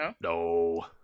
No